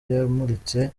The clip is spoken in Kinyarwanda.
yamuritse